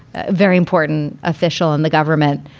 a very important official in the government,